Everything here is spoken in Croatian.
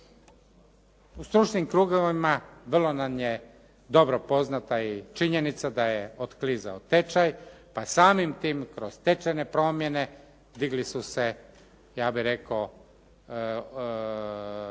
U stručnim krugovima, vrlo nam je dobro poznata i činjenica da je otklizao tečaj pa samim tim kroz tečajne promjene digli su se, ja bih rekao